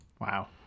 wow